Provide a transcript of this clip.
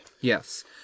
Yes